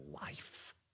life